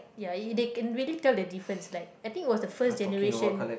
ya they can really tell the difference like I think it was the first generation